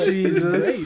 Jesus